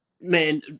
Man